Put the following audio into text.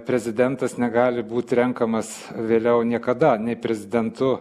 prezidentas negali būti renkamas vėliau niekada nei prezidentu